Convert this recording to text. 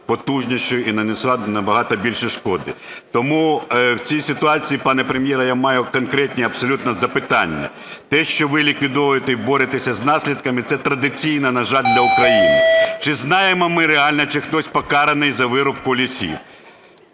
потужнішою і нанесла набагато більше шкоди. Тому в цій ситуації, пане Прем'єре, я маю конкретні абсолютно запитання. Те, що ви ліквідовуєте і боретеся з наслідками, це традиційно, на жаль, для України. Чи знаємо ми реально, чи хтось покараний за вирубку лісів?